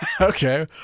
Okay